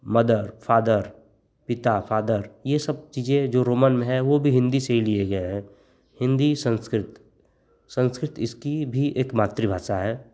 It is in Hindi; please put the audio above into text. मदर फ़ादर पिता फ़ादर यह सब चीज़ें जो रोमन में हैं वह भी हिन्दी से ही लिया गया है हिन्दी सँस्कृत सँस्कृत इसकी भी एक मातृभाषा है